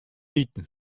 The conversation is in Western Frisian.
iten